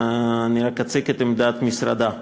אני רק אציג את עמדת משרדה.